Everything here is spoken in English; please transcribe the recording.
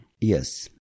Yes